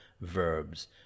verbs